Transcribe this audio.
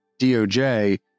DOJ